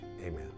amen